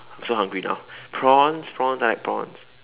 I'm so hungry now prawns prawns I like prawns